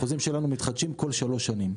החוזים שלנו מתחדשים כל שלוש שנים.